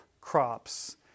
crops